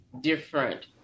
different